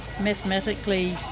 mathematically